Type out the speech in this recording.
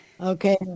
okay